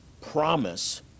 promise